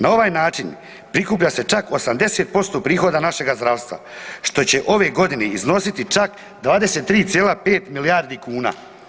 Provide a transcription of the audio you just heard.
Na ovaj način prikuplja se čak 80% prihoda našega zdravstva, što će ove godine iznositi čak 23,5 milijardi kuna.